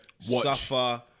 suffer